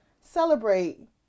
celebrate